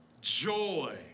joy